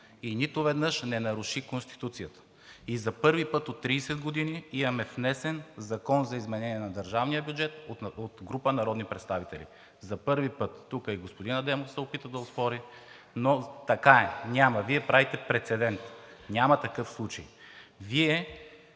и нито веднъж не наруши Конституцията, и за първи път от 30 години имаме внесен Закон за изменение на държавния бюджет от група народни представители. За първи път! Тук и господин Адемов се опита да оспори, но така е, няма, Вие правите прецедент. Няма такъв случай. Вие...